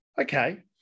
okay